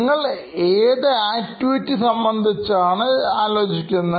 നിങ്ങൾ ഏത് ആക്ടിവിറ്റി സംബന്ധിച്ചാണ് ആലോചിക്കുന്നത്